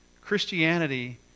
Christianity